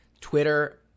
Twitter